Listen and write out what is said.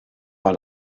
mal